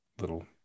little